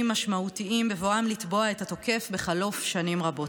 משמעותיים בבואם לתבוע את התוקף בחלוף שנים רבות.